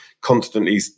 constantly